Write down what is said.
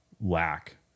lack